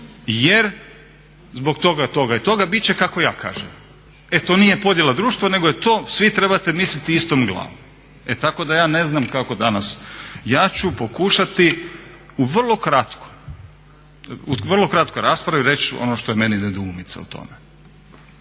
jer zbog toga, toga i toga bit će kako ja kažem. E to nije podjela društva nego je to svi trebate misliti istom glavom. E tako da ja ne znam kako danas, ja ću pokušati u vrlo kratkoj raspravi reći ono što je meni nedoumica u tome.